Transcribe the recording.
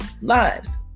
lives